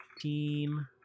Team